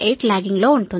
8 logging లో ఉంది